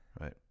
Right